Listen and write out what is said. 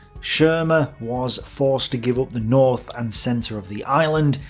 schirmer was forced to give up the north and centre of the island,